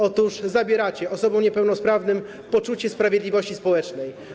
Otóż zabieracie osobom niepełnosprawnym poczucie sprawiedliwości społecznej.